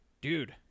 Dude